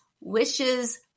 wishes